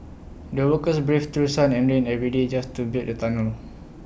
the workers braved through sun and rain every day just to build the tunnel